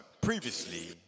previously